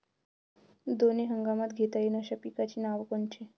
दोनी हंगामात घेता येईन अशा पिकाइची नावं कोनची?